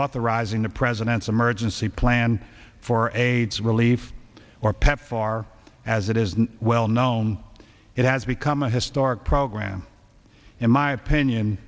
authorizing the president some urgency plan for aids relief or pepfar as it is well known it has become a historic program in my opinion